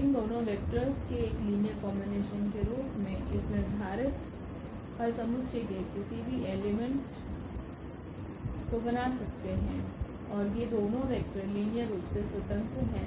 इन दोनों वेक्टोर्स के एक लीनियर कोम्बिनेशन के रूप में इस निर्धारित हल समुच्चय के किसी भी एलिमेंट को बना सकते हैं और ये दोनों वेक्टर लीनियर रूप से स्वतंत्र हैं